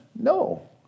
no